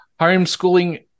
homeschooling